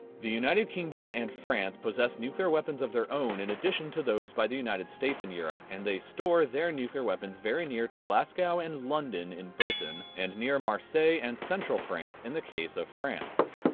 the united kingdom and france posses nuclear weapons of their own in addition to those by the united states in europe and they store their nuclear weapons very near to glasgow and london in britain, and near marseille and central france in the case of france.